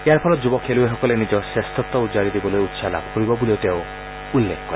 ইয়াৰ ফলত যুৱ খেলুৱৈসকলে নিজৰ শ্ৰেষ্ঠত্ব উজাৰি দিবলৈ উৎসাহ লাভ কৰিব বুলিও তেওঁ উল্লেখ কৰে